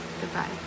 goodbye